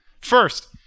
First